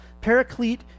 Paraclete